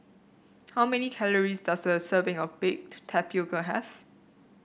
how many calories does a serving of Baked Tapioca have